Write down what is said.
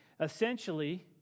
Essentially